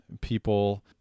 people